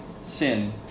sin